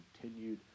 continued